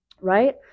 right